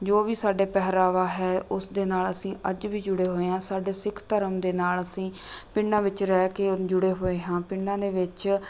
ਜੋ ਵੀ ਸਾਡਾ ਪਹਿਰਾਵਾ ਹੈ ਉਸ ਦੇ ਨਾਲ ਅਸੀਂ ਅੱਜ ਵੀ ਜੁੜੇ ਹੋਏ ਹਾਂ ਸਾਡੇ ਸਿੱਖ ਧਰਮ ਦੇ ਨਾਲ ਅਸੀਂ ਪਿੰਡਾਂ ਵਿੱਚ ਰਹਿ ਕੇ ਜੁੜੇ ਹੋਏ ਹਾਂ ਪਿੰਡਾਂ ਦੇ ਵਿੱਚ